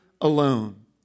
alone